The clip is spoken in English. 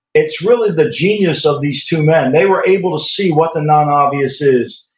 it's really the genius of these two men. they were able to see what the non-obvious is,